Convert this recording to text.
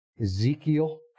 Ezekiel